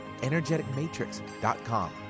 energeticmatrix.com